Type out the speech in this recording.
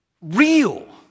real